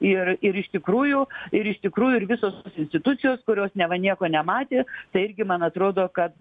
ir ir iš tikrųjų ir iš tikrųjų ir visos institucijos kurios neva nieko nematė tai irgi man atrodo kad